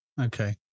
Okay